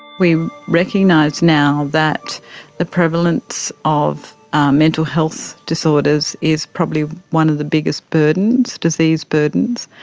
we recognise now that the prevalence of mental health disorders is probably one of the biggest burdens, disease burdens,